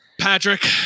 Patrick